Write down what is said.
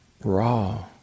raw